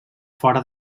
fora